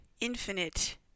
infinite